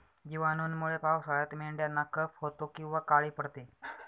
जिवाणूंमुळे पावसाळ्यात मेंढ्यांना कफ होतो किंवा काळी पडते